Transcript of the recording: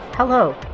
Hello